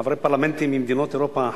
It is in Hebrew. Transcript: חברי פרלמנטים ממדינות אירופה,